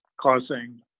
causing